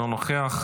אינו נוכח,